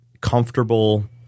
comfortable